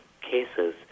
cases